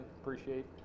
Appreciate